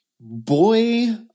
Boy